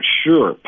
sure